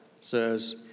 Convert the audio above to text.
says